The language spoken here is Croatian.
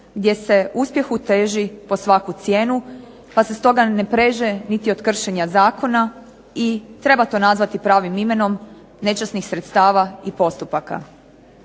gdje se uspjehu teži pod svaku cijenu, pa se stoga ne preže niti od kršenja zakona i treba to nazvati pravim imenom nečasnih sredstava i postupaka.